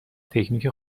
تکنیک